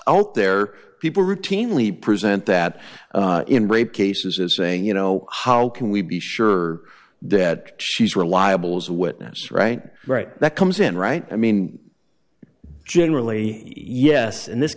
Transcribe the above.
out there people routinely present that in rape cases as saying you know how can we be sure that she's reliables witness right right that comes in right i mean generally yes in this